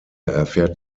erfährt